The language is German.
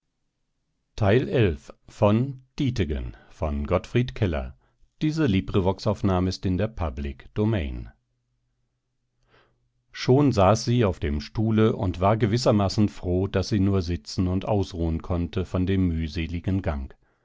gottfried keller schon saß sie auf dem stuhle und war gewissermaßen froh daß sie nur sitzen und ausruhen konnte von dem mühseligen gang